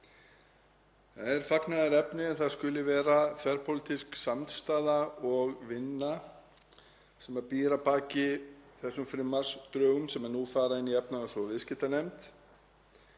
Það er fagnaðarefni að það skuli vera þverpólitísk samstaða og vinna sem býr að baki þessum frumvarpsdrögum sem nú fara inn í efnahags- og viðskiptanefnd.